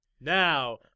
Now